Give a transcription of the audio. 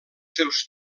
seus